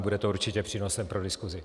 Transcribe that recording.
Bude to určitě přínosem pro diskusi.